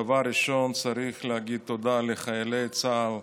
דבר ראשון צריך להגיד תודה לחיילי צה"ל,